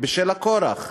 בשל הכורח,